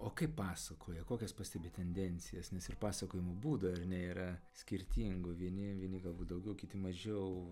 o kaip pasakoja kokias pastebi tendencijas nes ir pasakojimo būdų ar ne yra skirtingų vieni vieni galbūt daugiau kiti mažiau